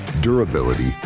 durability